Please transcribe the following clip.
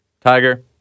Tiger